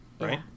right